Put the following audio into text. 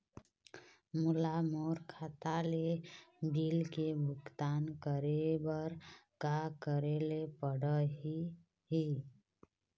मोला मोर खाता ले बिल के भुगतान करे बर का करेले पड़ही ही?